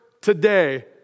today